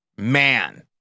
man